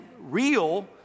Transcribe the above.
real